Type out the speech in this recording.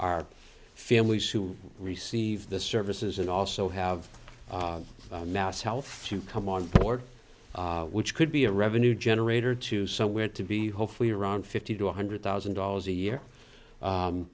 our families who receive the services and also have mass health to come on board which could be a revenue generator to somewhere to be hopefully around fifty to one hundred thousand dollars a year